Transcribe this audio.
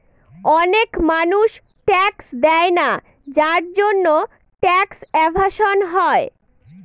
অনেক মানুষ ট্যাক্স দেয়না যার জন্যে ট্যাক্স এভাসন হয়